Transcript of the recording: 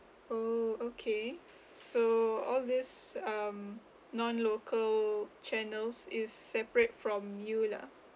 oh okay so all this um non local channels is separate from you lah